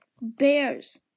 Bears